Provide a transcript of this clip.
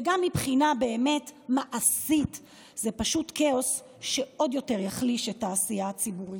וגם מבחינה מעשית זה פשוט כאוס שעוד יותר יחליש את העשייה הציבורית.